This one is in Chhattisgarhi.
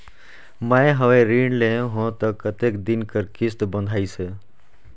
मैं हवे ऋण लेहे हों त कतेक दिन कर किस्त बंधाइस हे?